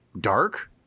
dark